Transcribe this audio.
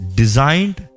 designed